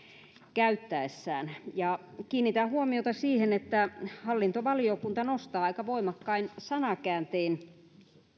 käyttäessään kiinnitän huomiota siihen että hallintovaliokunta nostaa aika voimakkain sanankääntein